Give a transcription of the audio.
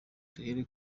duhere